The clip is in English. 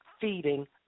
feeding